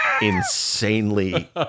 insanely